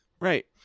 Right